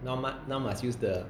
now must now must use the